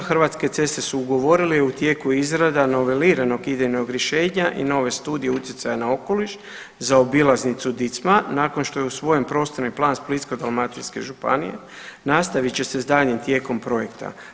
Hrvatske ceste su ugovorile i u tijeku je izrada niveliranog idejnog rješenja i nove Studije utjecaja na okoliš za obilaznicu Dicma nakon što je usvojen prostorni plan Splitsko-dalmatinske županije nastavit će se s daljnjim tijekom projekta.